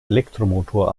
elektromotor